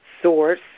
source